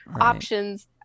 options